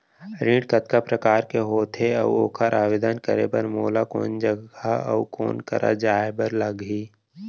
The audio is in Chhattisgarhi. ऋण कतका प्रकार के होथे अऊ ओखर आवेदन करे बर मोला कोन जगह अऊ कोन करा जाए बर लागही?